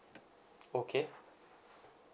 okay